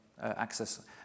access